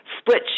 Split